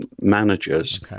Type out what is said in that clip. managers